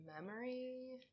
memory